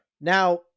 Now